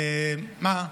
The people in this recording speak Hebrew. מה?